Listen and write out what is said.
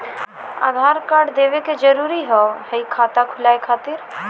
आधार कार्ड देवे के जरूरी हाव हई खाता खुलाए खातिर?